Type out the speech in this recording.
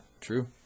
true